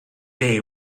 they